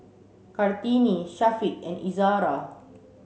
Kartini Syafiq and Izzara